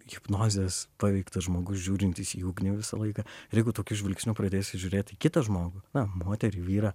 hipnozės paveiktas žmogus žiūrintis į ugnį visą laiką ir jeigu tokiu žvilgsniu pradėsi žiūrėt į kitą žmogų moterį vyrą